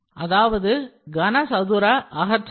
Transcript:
அதாவது கனசதுர அகற்றல் முறை